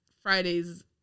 Friday's